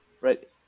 right